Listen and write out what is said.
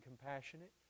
compassionate